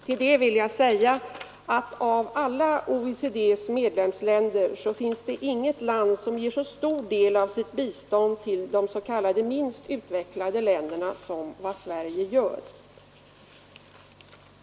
Till det vill jag säga att av alla OECD:s medlemsländer finns det inget land som ger så stor del av sitt bistånd till de s.k. minst utvecklade länderna som Sverige gör.